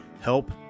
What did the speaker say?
help